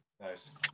Nice